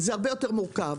זה הרבה יותר מורכב,